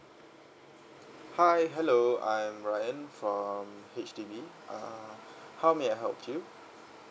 hi hello I am ryan from H_D_B uh how may I help you